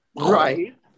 Right